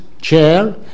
Chair